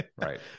Right